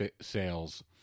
sales